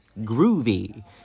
groovy